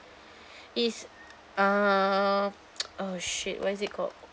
it's uh oh shit what is it called